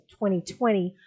2020